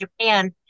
Japan